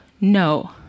no